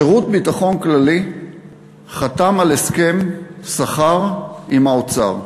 שירות ביטחון כללי חתם על הסכם שכר עם האוצר.